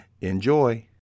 Enjoy